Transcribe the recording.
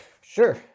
Sure